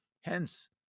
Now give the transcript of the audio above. Hence